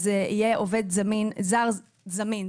יהיה עובד זר זמין.